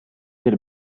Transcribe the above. del